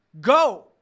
Go